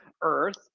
earth